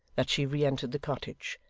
that she re-entered the cottage,